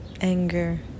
anger